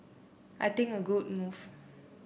I think a good move